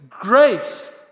grace